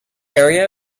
area